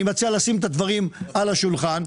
אני מציע לשים את הדברים על השולחן.